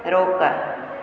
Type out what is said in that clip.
रोक